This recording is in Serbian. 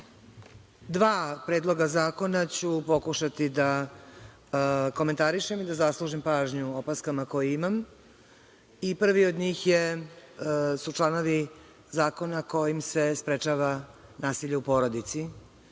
predloga zakona ću pokušati da komentarišem i da zaslužim pažnju opaskama koje imam. Prvi od njih su članovi zakona kojim se sprečava nasilje u porodici,